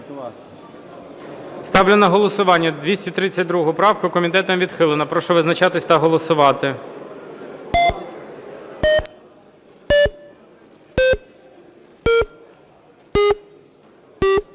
Ставлю на голосування 928 правку. Комітетом не підтримана. Прошу визначатися та голосувати.